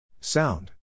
Sound